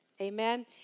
Amen